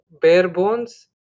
bare-bones